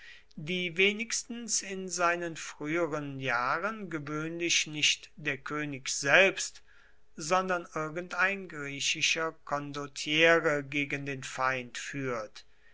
die wenigstens in seinen früheren jahren gewöhnlich nicht der könig selbst sondern irgendein griechischer condottiere gegen den feind führt